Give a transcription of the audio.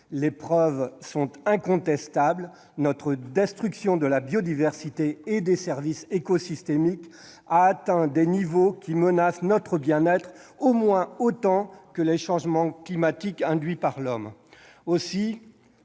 Les preuves sont incontestables. Notre destruction de la biodiversité et des services écosystémiques a atteint des niveaux qui menacent notre bien-être au moins autant que les changements climatiques induits par l'homme.